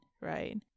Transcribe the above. right